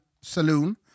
saloon